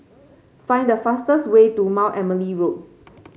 find the fastest way to Mount Emily Road